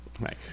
right